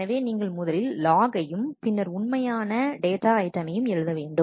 எனவே நீங்கள் முதலில் லாகையும் பின்னர் உண்மையான டேட்டா ஐட்டமையும் எழுத வேண்டும்